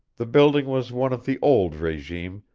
the building was one of the old regime,